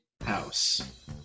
house